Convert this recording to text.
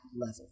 level